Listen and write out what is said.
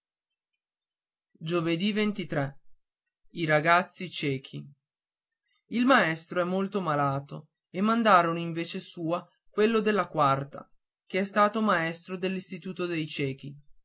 i ragazzi ciechi giovedì il maestro è molto malato e mandarono in vece sua quello della quarta che è stato maestro nell'istituto dei ciechi